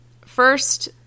first